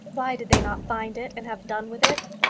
why did they not find it and have done with it?